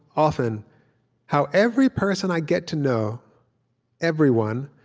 often how every person i get to know everyone,